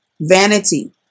vanity